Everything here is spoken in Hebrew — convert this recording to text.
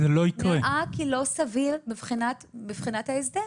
נראה כלא סביר מבחינת ההסדר.